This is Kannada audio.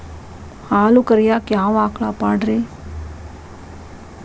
ಹಾಲು ಕರಿಯಾಕ ಯಾವ ಆಕಳ ಪಾಡ್ರೇ?